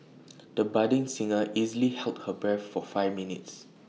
the budding singer easily held her breath for five minutes